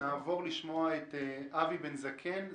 נעבור לשמוע את אבי בן זקן,